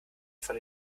von